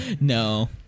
No